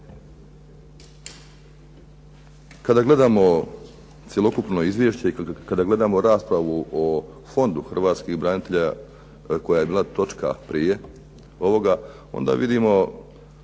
Kada gledamo cjelokupno izvješće i kada gledamo raspravu o Fondu hrvatskih branitelja koja je bila točka prije ovoga onda vidimo